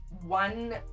one